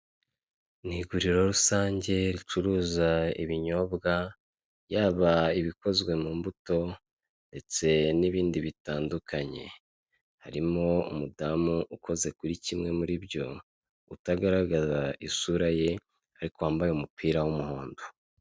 Ni iguriro rusange ricuruza ibinyobwa yaba ibikozwe mu mbuto ndetse n'ibindi bitandukanye, harimo umudamu ukoze kuri kimwe muri byo utagaragaza isura ye ariko wambaye umupira w'umuhondo.